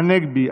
צחי הנגבי,